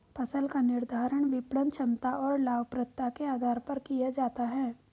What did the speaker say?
फसल का निर्धारण विपणन क्षमता और लाभप्रदता के आधार पर किया जाता है